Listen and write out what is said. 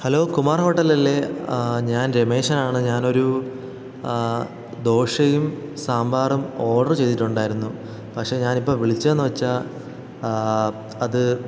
hello Kumar ഹോട്ടലല്ലേ ഞാൻ രമേശനാണ് ഞാനൊരു ദോശയും സാമ്പാറും ഓഡര് ചെയ്തിട്ടുണ്ടായിരുന്നു പക്ഷെ ഞാനിപ്പോള് വിളിച്ചതെന്നുവച്ചാല് അത്